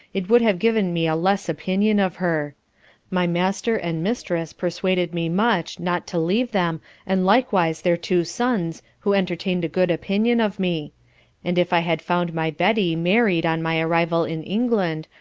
it would have given me a less opinion of her my master and mistress persuaded me much not to leave them and likewise their two sons who entertained a good opinion of me and if i had found my betty married on my arrival in england,